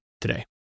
today